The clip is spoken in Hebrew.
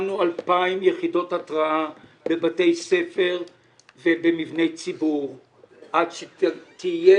שמנו 2,000 יחידות התרעה בבתי ספר ובמבני ציבור עד שתהיה